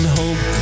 hope